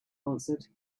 answered